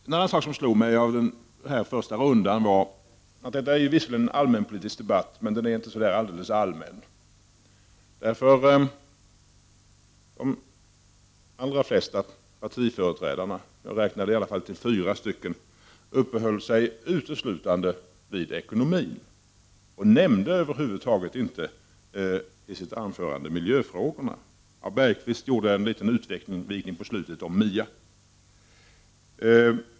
En annan sak som slog mig i den första rundan var att detta visserligen kallas för allmänpolitisk debatt men att den inte är så alldeles allmän. De allra flesta partiföreträdarna — åtminstone fyra — uppehöll sig uteslutande vid ekonomin och nämnde över huvud taget inte miljöfrågorna; Jan Bergqvist gjorde en liten utvikning på slutet om MIA.